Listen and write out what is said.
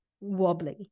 wobbly